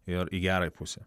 ir į gerąją pusę